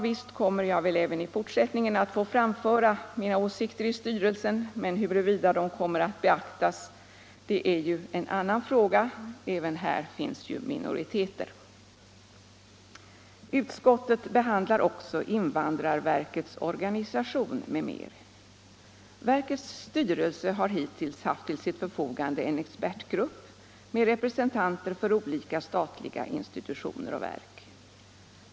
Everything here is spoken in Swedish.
Visst kommer jag väl att få — m.m. framföra mina åsikter i styrelsen, men huruvida de kommer att beaktas är en annan fråga. Även här finns ju minoriteter. Utskottet behandlar också invandrarverkets organisation m.m. Verkets styrelse har hittills haft till sitt förfogande en expertgrupp med representanter för olika statliga institutioner och verk.